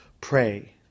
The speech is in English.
pray